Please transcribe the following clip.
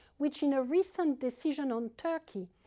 which in a recent decision on turkey,